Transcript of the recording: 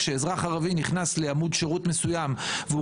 כשאזרח ערבי נכנס לעמוד שירות מסוים והוא